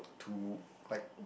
to like